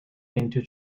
into